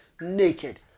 Naked